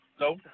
no